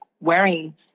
wearing